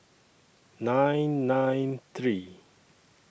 nine nine three